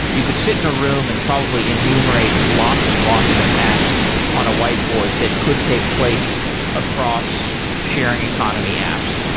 you could sit in a room and probably enumerate lots and lots of attacks on a whiteboard that could take place across sharing economy apps.